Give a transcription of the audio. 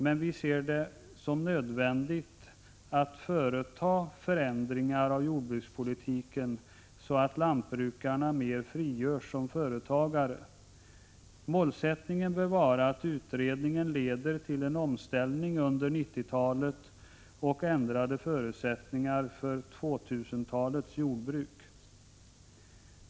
Men vi ser det som nödvändigt att förändra jordbrukspolitiken, så att lantbrukarna mer frigörs som företagare. Målsättningen bör vara att utredningen leder till omställning under 1990-talet och ändrade förutsättningar för 2000-talets jordbruk.